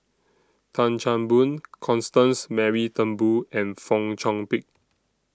Tan Chan Boon Constance Mary Turnbull and Fong Chong Pik